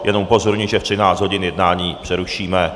Jenom upozorňuji, že ve 13 hodin jednání přerušíme.